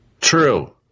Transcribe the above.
True